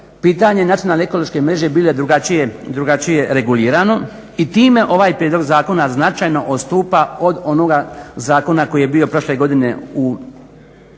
pitanje nacionalne ekološke mreže bilo je drugačije regulirano i time ovaj prijedlog zakona značajno odstupa od onoga zakona koji je bio prošle godine u